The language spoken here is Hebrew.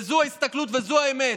וזו ההסתכלות וזו האמת.